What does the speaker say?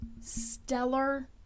stellar